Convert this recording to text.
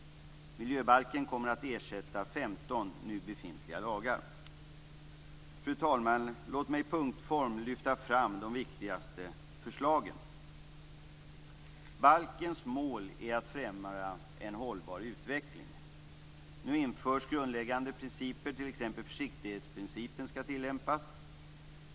Den kommer att ersätta 15 nu befintliga lagar. Fru talman! Låt mig i punktform lyfta fram de viktigaste förslagen. Balkens mål är att främja en hållbar utveckling. Nu införs grundläggande principer, t.ex. försiktighetsprincipen, som skall tillämpas.